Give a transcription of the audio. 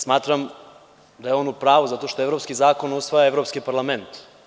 Smatram da je on u pravu zato što evropski zakon usvaja Evropski parlament.